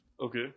Okay